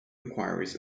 enquiries